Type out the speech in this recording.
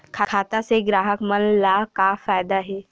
खाता से ग्राहक मन ला का फ़ायदा हे?